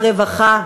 הרווחה,